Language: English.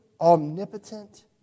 omnipotent